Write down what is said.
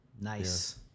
Nice